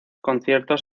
conciertos